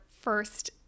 first